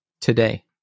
today